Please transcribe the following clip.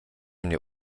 mnie